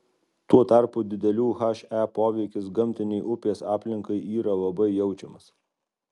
tuo tarpu didelių he poveikis gamtinei upės aplinkai yra labai jaučiamas